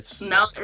No